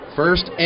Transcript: first